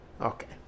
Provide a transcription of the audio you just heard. Okay